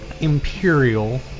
Imperial